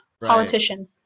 politician